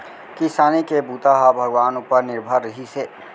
किसानी के बूता ह भगवान उपर निरभर रिहिस हे